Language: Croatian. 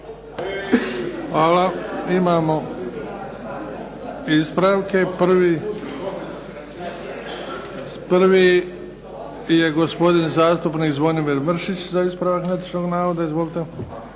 Hvala. Imamo ispravke. Prvi je gospodin zastupnik Zvonimir Mršić za ispravak netočnog navoda. Izvolite.